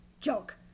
joke